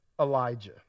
Elijah